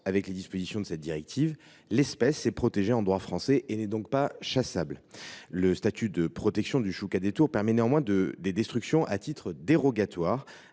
avec les dispositions de cette directive, l’espèce est protégée en droit français et n’est donc pas chassable. Le statut de protection du choucas des tours permet néanmoins des destructions à titre dérogatoire,